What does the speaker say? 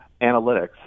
analytics